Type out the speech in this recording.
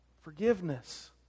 Forgiveness